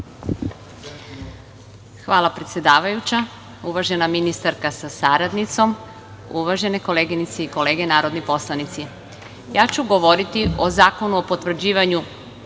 Hvala predsedavajuća. Uvažena ministarka sa saradnicima, uvažene kolege i koleginice narodni poslanici, ja ću govoriti o Zakonu o potvrđivanju